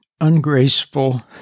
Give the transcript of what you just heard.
ungraceful